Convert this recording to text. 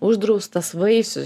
uždraustas vaisius